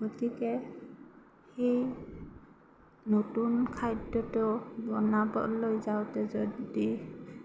গতিকে সেই নতুন খাদ্য়টো বনাবলৈ যাওঁতে যদি